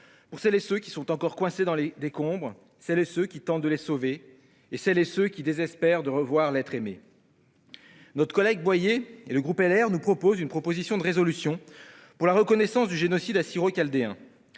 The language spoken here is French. pour celles et ceux qui sont encore coincés dans les décombres, celles et ceux qui tentent de les sauver et celles et ceux qui désespèrent de revoir l'être aimé. Notre collègue Boyer et le groupe Les Républicains nous proposent d'adopter une résolution relative à la reconnaissance du génocide assyro-chaldéen.